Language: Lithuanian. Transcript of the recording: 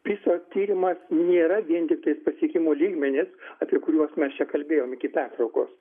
pisa tyrimas nėra vien tiktai pasiekimų lygmenys apie kuriuos mes čia kalbėjom iki pertraukos